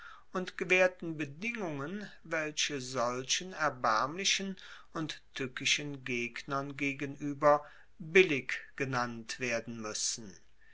und gewaehrten bedingungen welche solchen erbaermlichen und tueckischen gegnern gegenueber billig genannt werden muessen